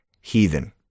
heathen